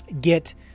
get